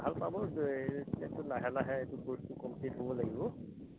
ভাল পাবটো লাহে লাহে এইটো ক'ৰ্ছটো কমপ্লিট হ'ব লাগিব